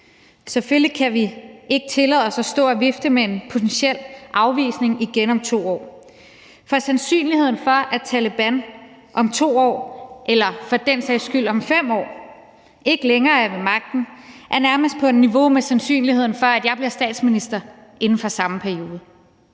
Selvfølgelig kan vi ikke tillade os at stå og vifte med en potentiel afvisning igen om 2 år, for sandsynligheden for, at Taleban om 2 år eller for den sags skyld om 5 år ikke længere er ved magten, er nærmest på niveau med sandsynligheden for, at jeg bliver statsminister inden for samme periode.